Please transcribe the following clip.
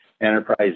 enterprise